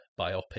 biopic